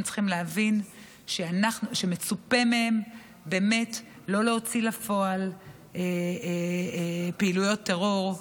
הם צריכים להבין שמצופה מהם לא להוציא לפועל פעילויות טרור.